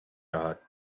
are